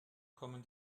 kommen